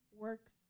works